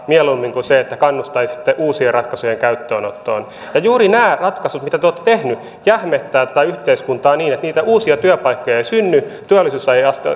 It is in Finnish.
mieluummin kuin kannustaisitte uusien ratkaisujen käyttöönottoon ja juuri nämä ratkaisut mitä te olette tehneet jähmettävät tätä yhteiskuntaa niin että niitä uusia työpaikkoja ei synny työllisyysaste